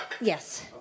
Yes